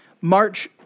March